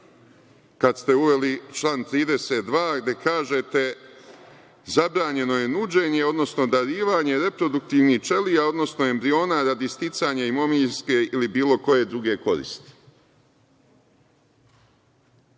kad ste uveli član 32. gde kažete – zabranjeno je nuđenje odnosno darivanje reproduktivnih ćelija odnosno embriona radi sticanja imovinske ili bilo koje druge koristi.